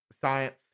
Science